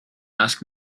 ask